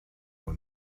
were